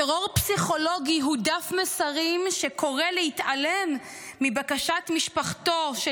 טרור פסיכולוגי הוא דף מסרים שקורא להתעלם מבקשת משפחתו של